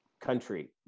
country